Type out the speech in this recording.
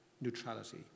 neutrality